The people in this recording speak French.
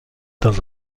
dans